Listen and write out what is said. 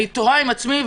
אני תוהה עם עצמי.